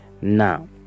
now